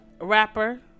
rapper